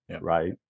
right